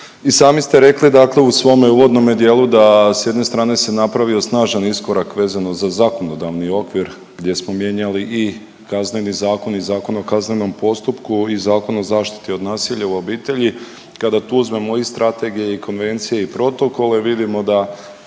I sami ste rekli dakle u svome uvodnome dijelu da s jedne strane se napravi snažan iskorak vezano za zakonodavni okvir gdje smo mijenjali i Kazneni zakon i Zakon o kaznenom postupku i Zakon o zaštiti od nasilja u obitelji, kada tu uzmemo i strategije i konvencije i protokole vidimo da